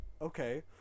okay